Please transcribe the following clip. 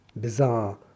bizarre